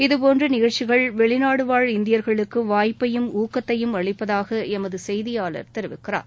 இதுபோன்ற நிகழ்ச்சிகள் வெளிநாடு வாழ் இந்தியர்களுக்கு வாய்ப்பையும் ஊக்கத்தையும் அளிப்பதாக எமது செய்தியாளர் தெரிவிக்கிறார்